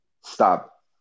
stop